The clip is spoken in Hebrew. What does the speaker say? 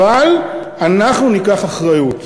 אבל אנחנו ניקח אחריות.